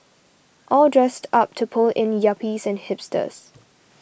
all dressed up to pull in yuppies and hipsters